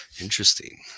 interesting